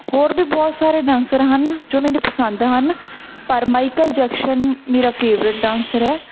ਹੋਰ ਵੀ ਬਹੁਤ ਸਾਰੇ ਡਾਂਸਰ ਹਨ ਜੋ ਮੈਨੂੰ ਪਸੰਦ ਹਨ ਪਰ ਮਾਈਕਲ ਜੈਕਸ਼ਨ ਮੇਰਾ ਫੇਵਰੇਟ ਡਾਂਸਰ ਹੈ